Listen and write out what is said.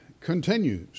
continues